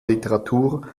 literatur